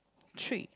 three